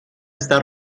está